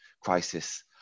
crisis